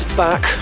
back